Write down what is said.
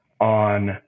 on